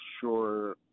sure